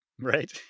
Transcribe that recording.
Right